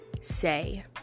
say